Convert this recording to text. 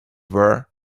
were